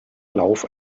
lauf